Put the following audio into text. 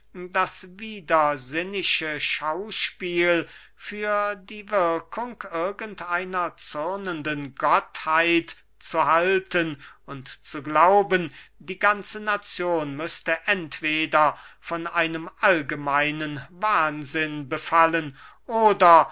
das widersinnische schauspiel für die wirkung irgend einer zürnenden gottheit zu halten und zu glauben die ganze nazion müßte entweder von einem allgemeinen wahnsinn befallen oder